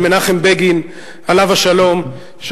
של מנחם בגין עליו השלום,